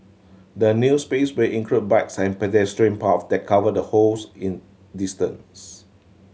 the new space will include bikes and pedestrian that cover the holes in distance